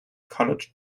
colored